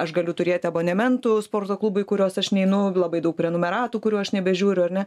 aš galiu turėti abonementų sporto klubai kuriuos aš neinu labai daug prenumeratų kurių aš nebežiūriu ar ne